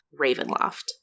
Ravenloft